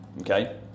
okay